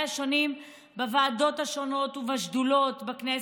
השונים בוועדות השונות ובשדולות בכנסת,